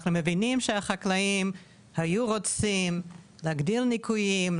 אנחנו מבינים שהחקלאים היו רוצים להגדיל ניכויים,